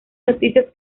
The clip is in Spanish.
noticias